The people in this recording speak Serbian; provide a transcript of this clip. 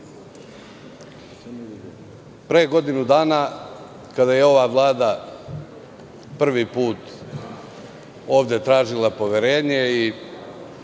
pre godinu dana kada je ova vlada prvi put ovde tražila poverenje i